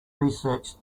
research